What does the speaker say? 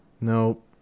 No